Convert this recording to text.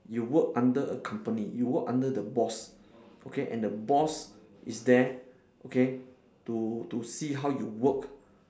you work under a company you work under the boss okay and the boss is there okay to to see how you work